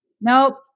nope